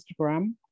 Instagram